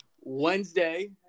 Wednesday